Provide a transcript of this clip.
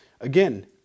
again